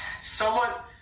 somewhat